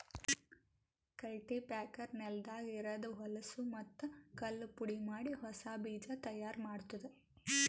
cultipacker ನೆಲದಾಗ ಇರದ್ ಹೊಲಸೂ ಮತ್ತ್ ಕಲ್ಲು ಪುಡಿಮಾಡಿ ಹೊಸಾ ಬೀಜ ತೈಯಾರ್ ಮಾಡ್ತುದ